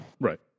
right